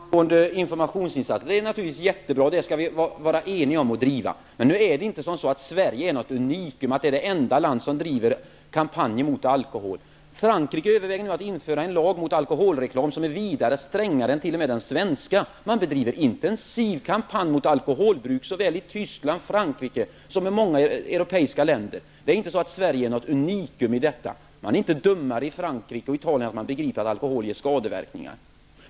Herr talman! Informationsinsatser är naturligtvis jättebra. Sådana skall vi vara eniga om att driva. Men nu är inte Sverige något unikum, det enda land som driver kampanjer mot alkohol. Frankrike överväger nu att införa en lag mot alkoholreklam som är vida strängare än t.o.m. den svenska. Man bedriver intensiva kampanjer mot alkoholbruk såväl i Tyskland och Frankrike som i många europeiska länder. Sverige är inte något unikum i fråga om detta. Man är inte dummare i Frankrike och Italien än att man begriper att alkohol ger skadeverkningar.